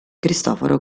cristoforo